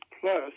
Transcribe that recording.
plus